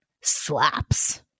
slaps